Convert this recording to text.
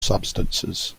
substances